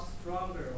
stronger